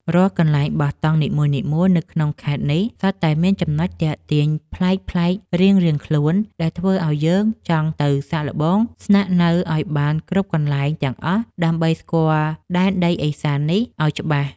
រាល់កន្លែងបោះតង់នីមួយៗនៅក្នុងខេត្តនេះសុទ្ធតែមានចំណុចទាក់ទាញប្លែកៗរៀងៗខ្លួនដែលធ្វើឱ្យយើងចង់ទៅសាកល្បងស្នាក់នៅឱ្យបានគ្រប់កន្លែងទាំងអស់ដើម្បីស្គាល់ដែនដីឦសាននេះឱ្យច្បាស់។